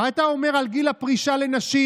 מה אתה אומר על גיל הפרישה לנשים,